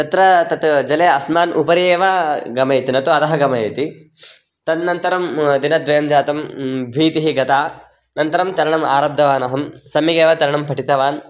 तत्र तत् जले अस्माकम् उपरि एव गमयति न तु अधः गमयति तदनन्तरं दिनद्वयं जातं भीतिः गता अनन्तरं तरणम् आरब्धवानहं सम्यगेव तरणं पठितवान्